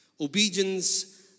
Obedience